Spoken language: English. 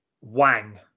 Wang